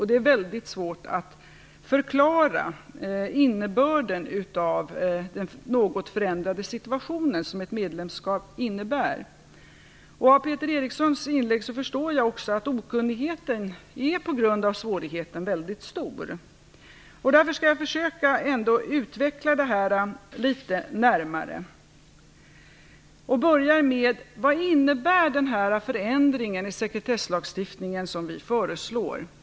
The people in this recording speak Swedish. Det är mycket svårt att förklara innebörden av den något förändrade situation som ett medlemskap medför. Av Peter Erikssons inlägg förstår jag att okunnigheten, på grund av den svårigheten, är väldigt stor. Därför skall jag försöka utveckla det här litet närmare och börjar med: Vad innebär den förändring i sekretesslagstiftningen som vi föreslår?